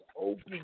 open